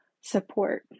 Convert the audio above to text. support